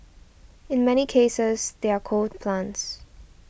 in many cases they're coal plants